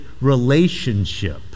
relationship